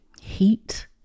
heat